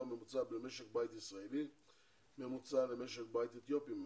הממוצע במשק בית ישראלי ממוצע למשק בית אתיופי ממוצע.